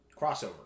crossover